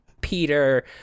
Peter